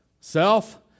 self